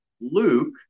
Luke